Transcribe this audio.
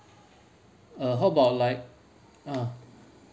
uh how about like ah